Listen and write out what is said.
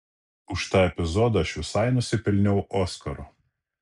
už tą epizodą aš visai nusipelniau oskaro